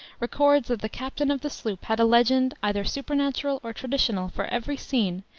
records that the captain of the sloop had a legend, either supernatural or traditional, for every scene,